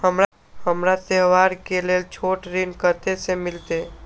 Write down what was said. हमरा त्योहार के लेल छोट ऋण कते से मिलते?